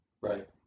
Right